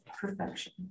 perfection